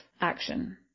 action